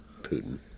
Putin